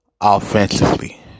offensively